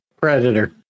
Predator